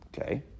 Okay